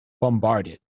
bombarded